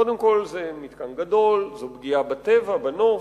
קודם כול, זה מתקן גדול, זו פגיעה בטבע, בנוף.